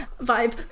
vibe